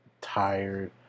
tired